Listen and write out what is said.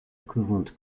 equivalent